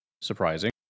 surprising